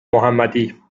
محمدی